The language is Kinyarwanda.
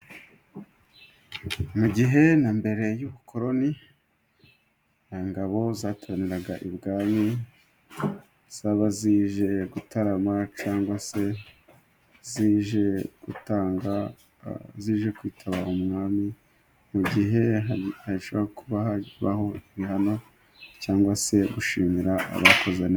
Mu gihe na mbere y'ubukoroni, nta ngabo zataramiraga ibwami, zaba zije gutarama cyangwa se zije gutanga, zije kwitaba umwami mu gihe hashobora kuba habaho ibihano cyangwa se gushimira abakoze neza.